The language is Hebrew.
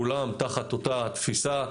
כולם תחת אותה תפיסה.